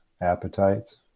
appetites